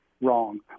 wrong